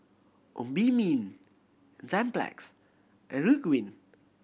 Obimin Enzyplex and Ridwind